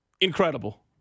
incredible